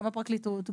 גם הפרקליטות,